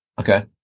Okay